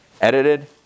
edited